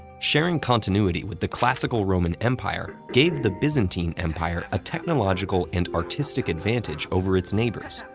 sharing continuity with the classical roman empire gave the byzantine empire a technological and artistic advantage over its neighbors,